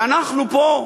ואנחנו פה,